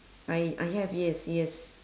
I I have yes yes